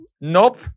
Nope